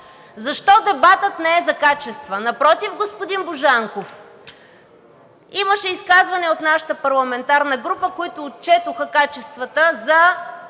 Защо дебатът не е за качества? Напротив, господин Божанков! Имаше изказвания от нашата парламентарна група, които отчетоха качествата за